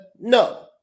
no